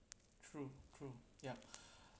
true true ya